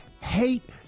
Hate